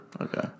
okay